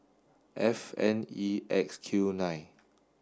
F N E X Q nine